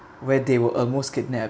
where they were almost kidnapped